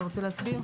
אתה רוצה להסביר?